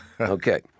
Okay